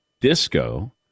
disco